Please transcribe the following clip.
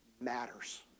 matters